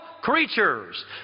creatures